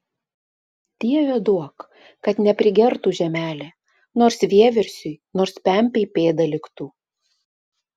dieve duok kad neprigertų žemelė nors vieversiui nors pempei pėda liktų